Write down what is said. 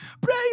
Pray